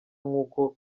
nk’uko